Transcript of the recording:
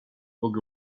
book